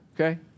Okay